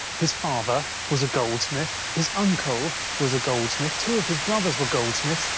his father was a goldsmith. his uncle was a goldsmith. two of his brothers were goldsmiths.